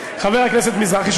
חבר הכנסת מזרחי,